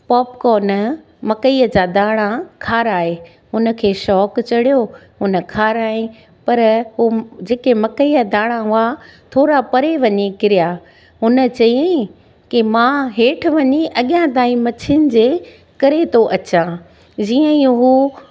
popcorn मकई जा दाणा खाराए उन खे शौक़ु चढ़ियो उन खाराईं हू जेके मकईअ दाणा हुआ थोरा परे वञी किरिया उन चयाईं की मां हेठि वञी अॻियां ताईं मच्छियुनि जे करे थो अचां जीअं ई हू